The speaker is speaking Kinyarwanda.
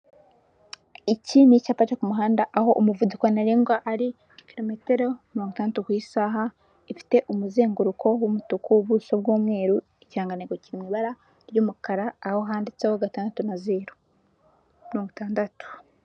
Iki ni icyapa cyo ku muhanda, aho umuvuduko ntarengwa ari kilometero mirongo itandatu ku isaha, ifite umuzenguruko w'umutuku, ubuso bw'umweru, ikirangantego kiri mu ibara ry'umukara, aho handitseho gatandatu na zeru, mirongo itandatu.